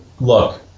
Look